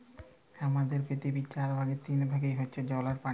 হামাদের পৃথিবীর চার ভাগের তিন ভাগ হইসে জল বা পানি